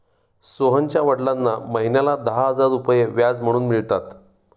सोहनच्या वडिलांना महिन्याला दहा हजार रुपये व्याज म्हणून मिळतात